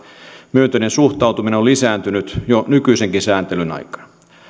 myönteinen suhtautuminen on lisääntynyt jo nykyisenkin sääntelyn aikana